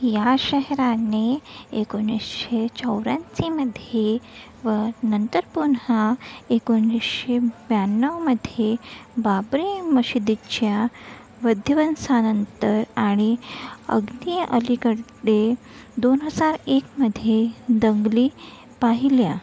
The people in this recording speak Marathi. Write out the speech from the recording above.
या शहराने एकोणीसशे चौऱ्याऐंशीमध्ये व नंतर पुन्हा एकोणीसशे ब्याण्णवमध्ये बाबरी मशिदीच्या विध्वंसानंतर आणि अगदी अलीकडे दोन हजार एकमध्ये दंगली पाहिल्या